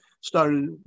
started